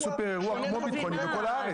אתה בסופר אירוע בכל הארץ.